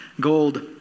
gold